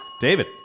David